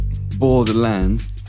Borderlands